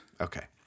Okay